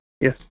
yes